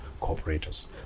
cooperators